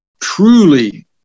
truly